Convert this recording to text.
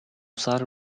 usare